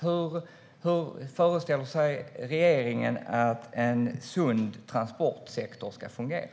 Hur föreställer sig regeringen att en sund transportsektor ska fungera?